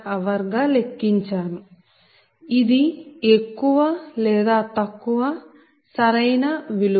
6 RsMwhr లెక్కించానుఇది ఎక్కువ లేదా తక్కువ సరైన విలువ